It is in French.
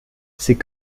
c’est